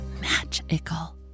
magical